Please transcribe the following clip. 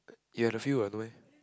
you had a few what no meh